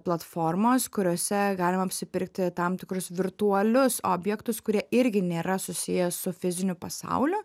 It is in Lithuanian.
platformos kuriose galima apsipirkti tam tikrus virtualius objektus kurie irgi nėra susiję su fiziniu pasauliu